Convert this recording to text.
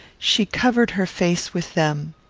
she covered her face with them.